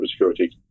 cybersecurity